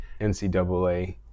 NCAA